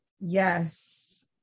Yes